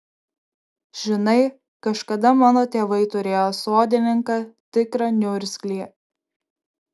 žinai kažkada mano tėvai turėjo sodininką tikrą niurgzlį